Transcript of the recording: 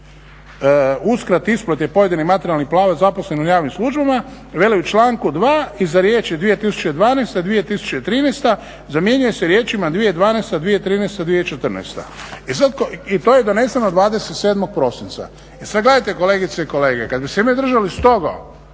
uskrate isplate pojedinih materijalnih prava zaposlenih u javnim službama, veli u članku 2. iza riječi 2012., 2013., zamjenjuje se riječima 2012., 2013., 2014. I to je doneseno 27. prosinca. E sada gledajte kolegice i kolege, kada bi se mi držali strogo